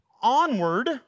onward